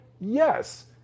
Yes